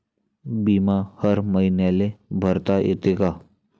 बिमा हर मईन्याले भरता येते का?